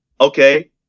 okay